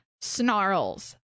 snarls